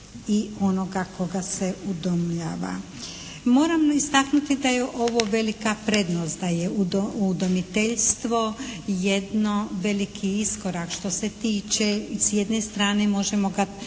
i onoga koga se udomljava. Moram istaknuti da je ovo velika prednost. Da je udomiteljstvo jedno veliki iskorak što se tiče s jedne strane možemo ga